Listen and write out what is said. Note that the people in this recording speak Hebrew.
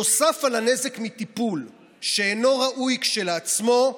נוסף על הנזק מטיפול שאינו ראוי כשלעצמו,